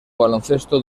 baloncesto